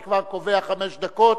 אני כבר קובע חמש דקות.